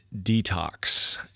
Detox